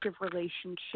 relationship